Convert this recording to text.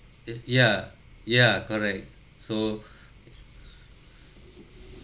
eh ya ya correct so